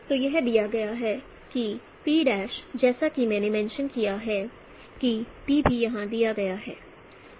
तो यह दिया गया है कि P जैसा कि मैंने मेंशं किया है कि P भी यहां दिया गया है